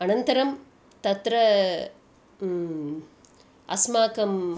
अनन्तरं तत्र अस्माकम्